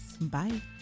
Bye